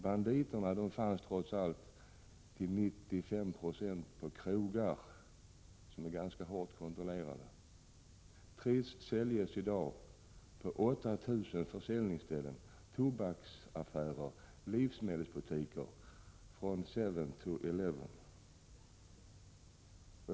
Banditerna fanns trots allt till 95 96 på krogar, som är ganska hårt kontrollerade. Triss säljs i dag på 8 000 försäljningsställen — tobaksaffärer, livsmedelsbutiker ”seven-eleven” etc.